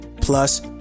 plus